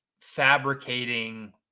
fabricating